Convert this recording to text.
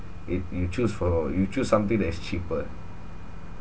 if you choose for you choose something that is cheaper